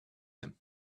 him